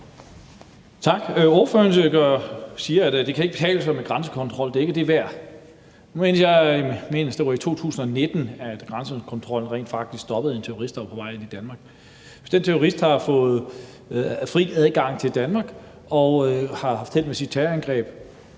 Tak. Ordføreren siger, at det ikke kan betale sig med grænsekontrol, at det ikke er det værd. Jeg mener, det var i 2019, at grænsekontrollen rent faktisk stoppede en terrorist, der var på vej ind i Danmark. Hvis den terrorist havde fået fri adgang til Danmark og havde haft held med sit terrorangreb,